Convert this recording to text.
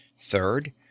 Third